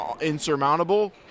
insurmountable